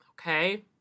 Okay